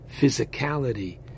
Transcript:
physicality